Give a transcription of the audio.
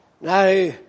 Now